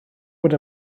fod